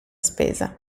spesa